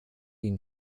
ihn